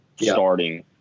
Starting